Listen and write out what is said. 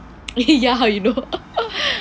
ya you know her